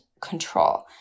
control